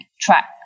track